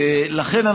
לכן,